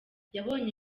yabonye